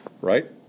right